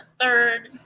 third